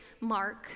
Mark